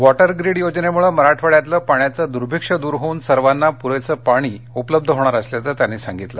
water grid योजनेमुळे मराठवाङ्यातल पाण्याचं दुर्भिक्ष्य दूर होऊन सर्वांना पुरेसं पाणी उपलब्ध होणार असल्याचं पंतप्रधान म्हणाले